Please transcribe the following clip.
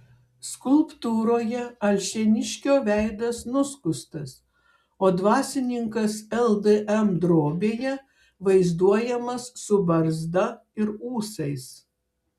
skulptūroje alšėniškio veidas nuskustas o dvasininkas ldm drobėje vaizduojamas su barzda ir ūsais